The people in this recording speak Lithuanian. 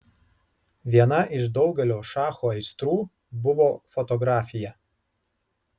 viena iš daugelio šacho aistrų buvo fotografija